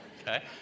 Okay